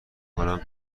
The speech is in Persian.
کنم